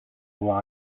avoir